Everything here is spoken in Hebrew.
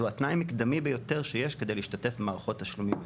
זה התנאי המקדמי ביותר שיש כדי להשתתף במערכות תשלומים היום.